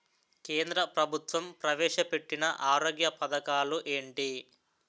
కేంద్ర ప్రభుత్వం ప్రవేశ పెట్టిన ఆరోగ్య పథకాలు ఎంటి?